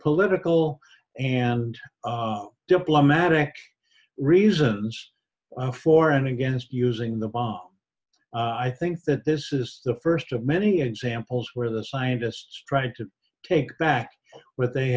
political and diplomatic reasons for and against using the bomb i think that this is the first of many examples where the scientists tried to take back what they